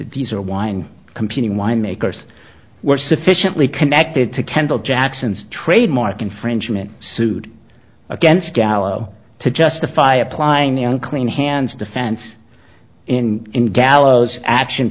deezer wine competing wine makers were sufficiently connected to kendall jackson's trademark infringement suit against gallo to justify applying the own clean hands defense in in gallo's action